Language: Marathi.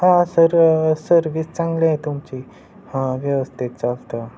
हां सर सर्विस चांगली आहे तुमची हां व्यवस्थित चालतं